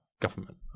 government